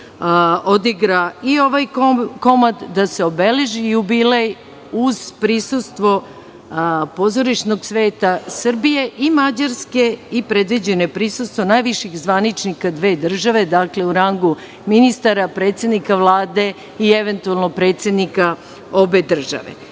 odigra i ovaj komad, da se obeleži jubilej uz prisustvo pozorišnog sveta Srbije i Mađarske i predviđeno je prisustvo najviših zvaničnika dve države, dakle, u rangu ministara, predsednika Vlade i eventualno predsednika obe države.